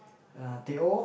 uh teh o